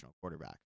quarterback